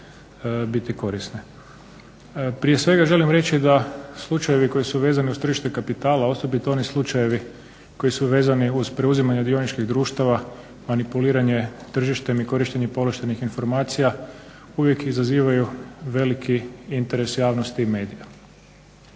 biti korisne. Prije svega želim reći da slučajevi koji su vezani uz tržište kapitala, osobito oni slučajevi koji su vezani uz preuzimanje dioničkih društava, manipuliranje tržištem i korištenje povlaštenih informacija uvijek izazivaju veliki interes javnosti i medija.